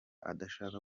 adashaka